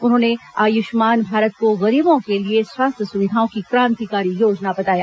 उन्होंने आयुष्मान भारत को गरीबों के लिए स्वास्थ्य सुविधाओं की क्रांतिकारी योजना बताया